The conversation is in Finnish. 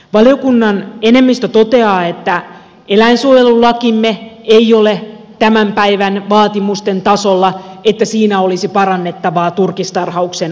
valiokunnan enemmistö toteaa että eläinsuojelulakimme ei ole tämän päivän vaatimusten tasolla ja että siinä olisi parannettavaa turkistarhauksen osalta